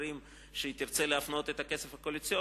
אחרים שהיא תרצה להפנות אליהם את הכסף הקואליציוני,